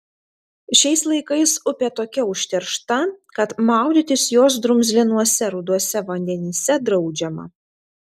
šiais laikais upė tokia užteršta kad maudytis jos drumzlinuose ruduose vandenyse draudžiama